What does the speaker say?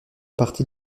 partie